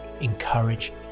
encourage